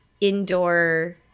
indoor